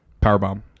Powerbomb